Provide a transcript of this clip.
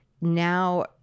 now